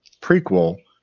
prequel